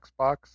Xbox